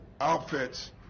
outfits